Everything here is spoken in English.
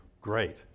great